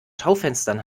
schaufenstern